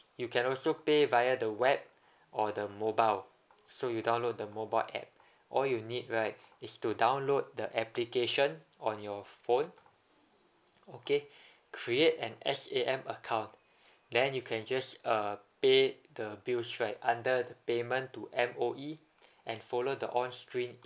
you can also pay via the web or the mobile so you download the mobile app all you need right is to download the application on your phone okay create an S_A_M account then you can just uh pay the bills right under the payment to M_O_E and follow the onscreen